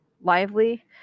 lively